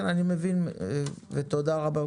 כן, אני מבין ותודה רבה.